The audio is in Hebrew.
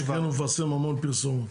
יש כבר, הוא מפרסם המון פרסום.